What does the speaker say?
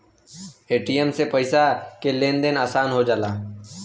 ATM से पइसा के लेन देन आसान हो जाला